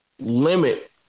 limit